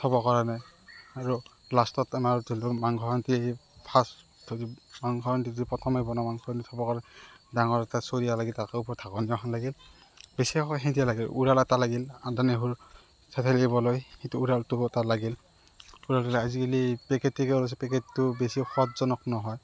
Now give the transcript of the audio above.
থব কাৰণে আৰু লাষ্টত আমাৰ যোনটো মাংসহেতি ফাৰ্ষ্ট প্ৰথমে বনোৱা মাংসখিনি থবৰ কাৰণে ডাঙৰ এটা চৰিয়া লাগিল তাৰ ওপৰত আক ঢাকনি এখন লাগিল বেছি লাগিল ওৰাল এটা লাগিল আদা নহৰু থেতেলিবলৈ সেইটো ওৰালটো এটা লাগিল আজিকালি পেকেটত ওলাইছে পেকেটটো বেছি সোৱাদজনক নহয়